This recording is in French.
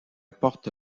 porte